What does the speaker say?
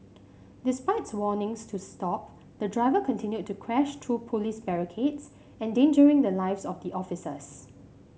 despite warnings to stop the driver continued to crash through police barricades endangering the lives of the officers